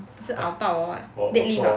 拗到 or what deadlift ah